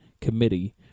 committee